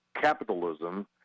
capitalism